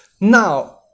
now